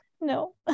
no